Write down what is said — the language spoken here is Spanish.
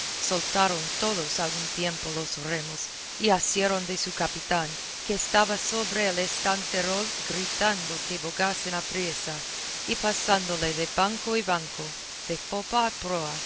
soltaron todos a un tiempo los remos y asieron de su capitán que estaba sobre el estanterol gritando que bogasen apriesa y pasándole de banco en banco de popa a proa